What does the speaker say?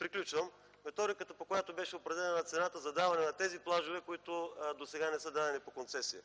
грешка в методиката, по която беше определена цената за даване на тези плажове, които досега не са давани по концесия.